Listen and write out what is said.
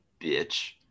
bitch